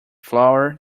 flour